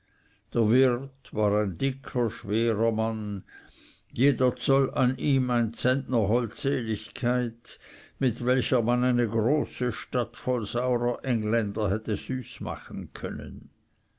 war ein dicker schwerer mann jeder zoll an ihm ein zentner holdseligkeit mit welcher man eine große stadt voll saurer engländer hätte süß machen können